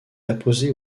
apposée